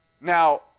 Now